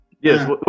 Yes